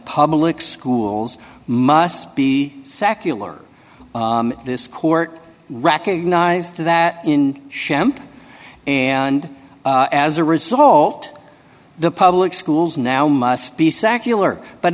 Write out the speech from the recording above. public schools must be secular this court recognized that in shemp and as a result the public schools now must be secular but